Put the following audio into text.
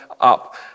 up